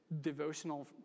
devotional